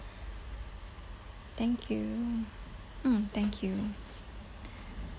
thank you mm thank you